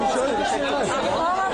מה שראיתם כאן,